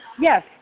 Yes